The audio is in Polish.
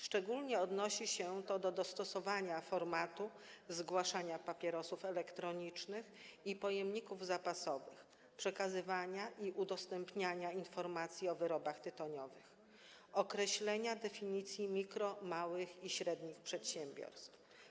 Szczególnie odnosi się to do dostosowania formatu, zgłaszania papierosów elektronicznych i pojemników zapasowych, przekazywania i udostępniania informacji o wyrobach tytoniowych, określenia definicji mikro-, małych i średnich przedsiębiorstw.